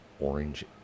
orange